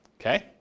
Okay